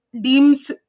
deems